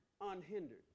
unhindered